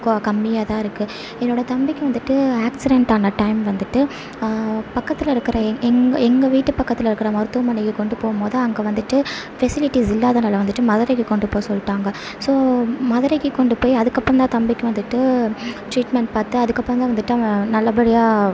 க கம்மியாக தான் இருக்குது என்னோடய தம்பிக்கு வந்திட்டு ஆக்சிடண்ட் ஆனால் டைம் வந்திட்டு பக்கத்தில் இருக்கிற எங் எங்கள் வீட்டு பக்கத்தில் இருக்கிற மருத்துவமனைக்கு கொண்டு போகும் போது அங்கே வந்திட்டு ஃபெசிலிட்டீஸ் இல்லாததனால வந்திட்டு மதுரைக்கு கொண்டு போக சொல்லிட்டாங்க ஸோ மதுரைக்கு கொண்டு போய் அதுக்கப்புறம் தான் தம்பிக்கு வந்திட்டு ட்ரீட்மெண்ட் பார்த்து அதுக்கப்புறம் தான் வந்திட்டு அவன் நல்ல படியாக